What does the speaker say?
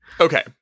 Okay